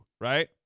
right